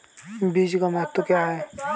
बीज का महत्व क्या है?